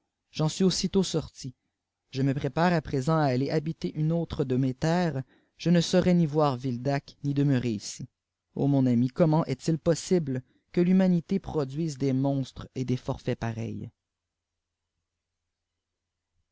en suis mp aussitôt je me prépare à présent à alter habiter une autre de mes terres je ne saurais ni voir vitdc ni demeurer ici mon ami eoiment est possible que l'humanité produise des monstres et des forfuts pareâsf